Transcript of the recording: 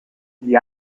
gli